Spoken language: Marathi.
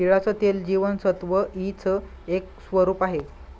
तिळाचं तेल जीवनसत्व ई च एक स्वरूप आहे